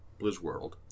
Blizzworld